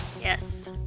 Yes